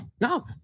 No